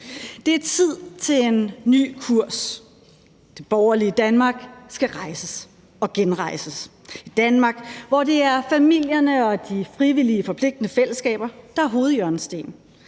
Det er tid til en ny kurs. Det borgerlige Danmark skal rejses og genrejses – et Danmark, hvor det er familierne og de frivillige forpligtende fællesskaber, der er hovedhjørnesten,